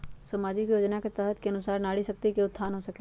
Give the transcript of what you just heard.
सामाजिक योजना के तहत के अनुशार नारी शकति का उत्थान हो सकील?